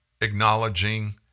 acknowledging